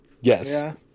Yes